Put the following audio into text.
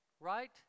right